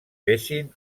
fessin